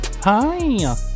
hi